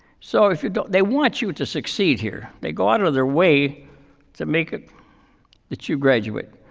so if you don't they want you to succeed here. they go out of their way to make it that you graduate.